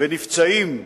ונפצעים,